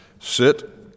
sit